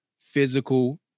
physical